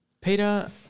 Peter